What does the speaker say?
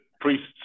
priest's